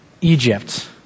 Egypt